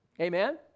Amen